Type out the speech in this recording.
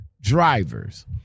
Drivers